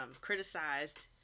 criticized